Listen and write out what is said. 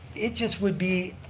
it just would be.